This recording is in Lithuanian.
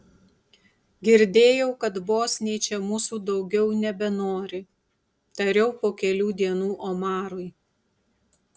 girdėjau kad bosniai čia mūsų daugiau nebenori tariau po kelių dienų omarui